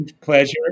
Pleasure